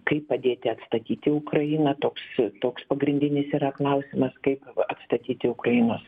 kaip padėti atstatyti ukrainą toks toks pagrindinis yra klausimas kaip atstatyti ukrainos